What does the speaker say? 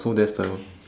so that's the